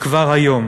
שכבר היום